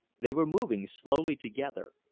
they were moving slowly together,